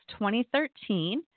2013